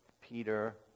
Peter